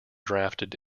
drafted